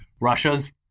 Russia's